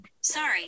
Sorry